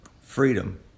freedom